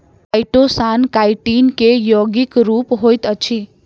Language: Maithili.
काइटोसान काइटिन के यौगिक रूप होइत अछि